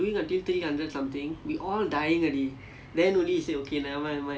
five hundred is damn bad